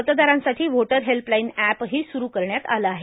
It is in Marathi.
मतदारांसाठी व्होटर हेल्पलाईन एप ही सूरु करण्यात आले आहे